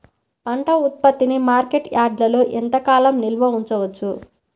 పంట ఉత్పత్తిని మార్కెట్ యార్డ్లలో ఎంతకాలం నిల్వ ఉంచవచ్చు?